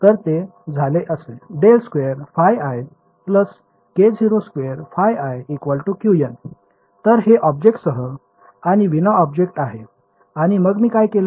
तर ते झाले असे ∇2ϕi k02 ϕi Qn तर हे ऑब्जेक्टसह आणि विनाऑब्जेक्ट आहे आणि मग मी काय केले